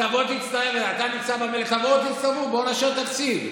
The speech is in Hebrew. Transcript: תבוא, תצטרף אליי.